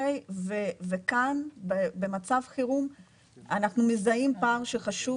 וכאן במצב חירום אנחנו מזהים פער שחשוב